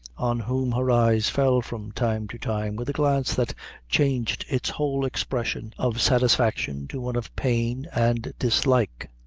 on whom her eyes fell from time to time with a glance that changed its whole expression of satisfaction to one of pain and dislike.